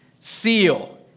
seal